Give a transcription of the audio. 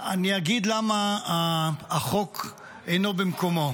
אני אגיד למה החוק אינו במקומו.